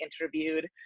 interviewed